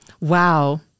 Wow